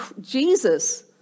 Jesus